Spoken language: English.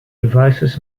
devices